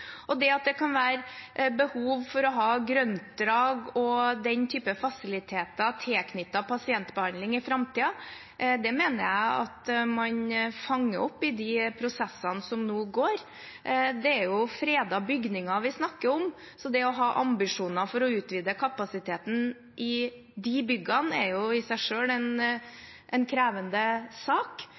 Det at det kan være behov for å ha et grøntdrag og den typen fasiliteter tilknyttet pasientbehandling i framtiden, mener jeg at man fanger opp i de prosessene som nå går. Det er jo fredede bygninger vi snakker om. Så det å ha ambisjoner for å utvide kapasiteten i de byggene er i seg selv en krevende sak.